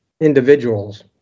individuals